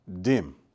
dim